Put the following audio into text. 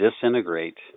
disintegrate